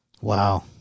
Wow